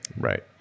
right